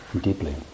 deeply